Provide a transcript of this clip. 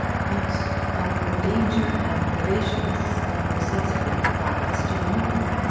but of the danger and privations of your subsequent progress to the north.